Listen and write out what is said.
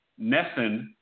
Nesson